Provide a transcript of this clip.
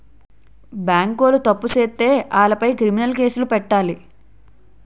బేంకోలు తప్పు సేత్తే ఆలపై క్రిమినలు కేసులు పెట్టాలి